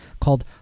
called